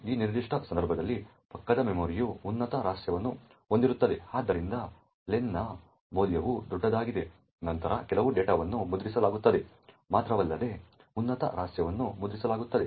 ಈ ನಿರ್ದಿಷ್ಟ ಸಂದರ್ಭದಲ್ಲಿ ಪಕ್ಕದ ಮೆಮೊರಿಯು ಉನ್ನತ ರಹಸ್ಯವನ್ನು ಹೊಂದಿರುತ್ತದೆ ಆದ್ದರಿಂದ ಲೆನ್ನ ಮೌಲ್ಯವು ದೊಡ್ಡದಾಗಿದೆ ನಂತರ ಕೆಲವು ಡೇಟಾವನ್ನು ಮುದ್ರಿಸಲಾಗುತ್ತದೆ ಮಾತ್ರವಲ್ಲದೆ ಉನ್ನತ ರಹಸ್ಯವನ್ನು ಮುದ್ರಿಸಲಾಗುತ್ತದೆ